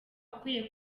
ukwiye